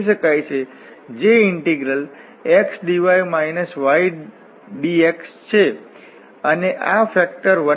તેથી અહીં region R આપવામાં આવે છે જે rtcos t isin t j દ્વારા બાઉન્ડેડ છે જે વર્તુળ છે જ્યાં t એ 0 થી 2 π બદલાય છે તે એક સંપૂર્ણ બંધ વર્તુળ છે જે આપેલ છે આ પેરામેટ્રિક સમીકરણ દ્વારા આપેલ છે